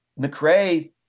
McRae